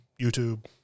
YouTube